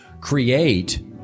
create